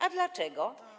A dlaczego?